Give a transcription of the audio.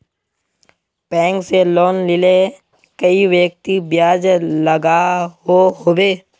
Bank से loan लिले कई व्यक्ति ब्याज लागोहो होबे?